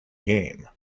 game